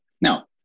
Now